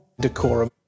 Decorum